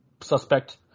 suspect –